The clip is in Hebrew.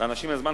לאנשים אין זמן,